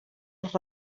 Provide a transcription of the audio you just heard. els